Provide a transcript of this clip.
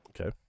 okay